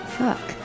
fuck